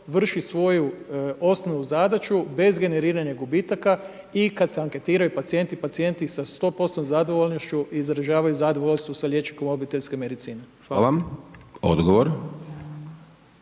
vrši svoju osnovnu zadaću bez generiranja gubitaka i kad se anketiraju pacijenti, pacijenti sa 100% zadovoljnošću izražavaju zadovoljstvo sa liječnikom obiteljske medicine. Hvala. **Hajdaš